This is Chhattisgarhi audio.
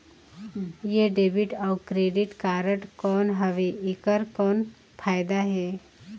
ये डेबिट अउ क्रेडिट कारड कौन हवे एकर कौन फाइदा हे?